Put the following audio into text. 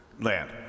Land